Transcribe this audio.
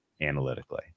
analytically